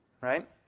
right